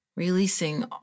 Releasing